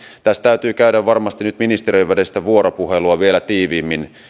täytyy käydä varmasti nyt ministeriöiden välistä vuoropuhelua vielä tiiviimmin